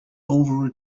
over